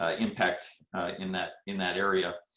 ah impact in that in that area.